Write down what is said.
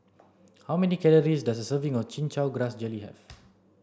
how many calories does a serving of chin chow grass jelly have